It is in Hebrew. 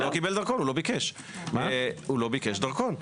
הוא לא ביקש דרכון.